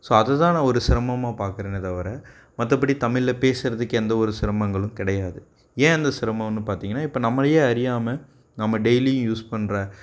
so அது தான் நா ஒரு சிரமமாக பார்க்குறேனே தவிர மற்றபடி தமிழ்ல பேசுகிறதுக்கு எந்த ஒரு சிரமங்களும் கிடையாது ஏன் அந்த சிரமம்னு பார்த்தீங்கனா இப்போ நம்மளையே அறியாமல் நம்ம டெய்லியும் யூஸ் பண்ணுற